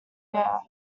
earth